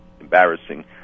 embarrassing